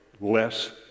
less